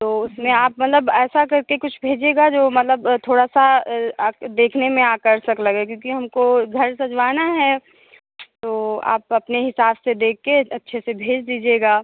तो उसमें आप मतलब ऐसा करके कुछ भेजिएगा जो मतलब थोड़ा सा देखने में आकर्षक लगे क्योंकि हमको घर सजवाना है तो आप अपने हिसाब से देख के अच्छे से भेज दीजिएगा